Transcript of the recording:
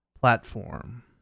platform